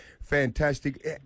fantastic